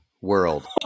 world